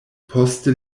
poste